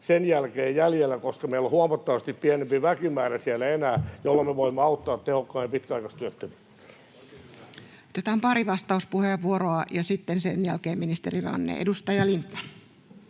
sen jälkeen jäljellä, koska meillä on huomattavasti pienempi väkimäärä siellä enää, jolloin me voimme auttaa tehokkaimmin pitkäaikaistyöttömiä. Otetaan pari vastauspuheenvuoroa ja sitten sen jälkeen ministeri Ranne. — Edustaja Lindtman.